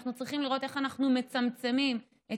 אנחנו צריכים לראות איך אנחנו מצמצמים את